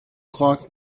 clock